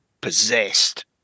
possessed